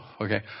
Okay